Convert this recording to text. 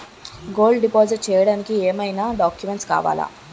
Gold deposit చేయడానికి ఏమైనా documents కావాలా?